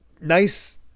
nice